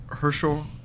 Herschel